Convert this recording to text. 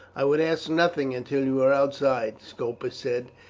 i would ask nothing until you were outside, scopus said.